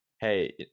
hey